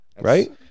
right